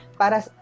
Para